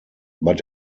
but